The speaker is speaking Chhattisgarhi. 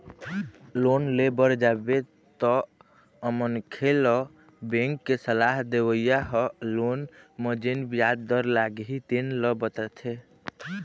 लोन ले बर जाबे तअमनखे ल बेंक के सलाह देवइया ह लोन म जेन बियाज दर लागही तेन ल बताथे